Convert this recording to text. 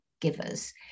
givers